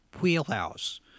wheelhouse